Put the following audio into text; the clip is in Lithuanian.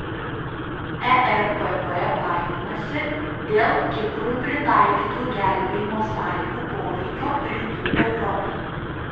erpb baiminasi dėl kiprui pritaikytų gelbėjimo sąlygų poveikio rytų europai